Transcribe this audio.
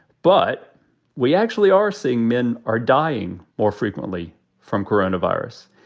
but we actually are seeing men are dying more frequently from coronavirus.